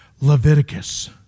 Leviticus